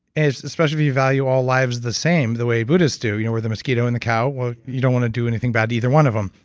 especially if you value all lives the same, the way buddhists do, you know where the mosquito and the cow. well, you don't want to do anything bad to either one of them.